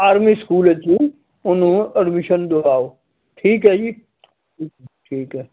army school ਵਿੱਚ ਹੀ ਉਹਨੂੰ ਐਡਮਿਸ਼ਨ ਦਵਾਓ ਠੀਕ ਹੈ ਜੀ ਠੀਕ ਹੈ